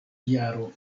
jaro